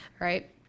Right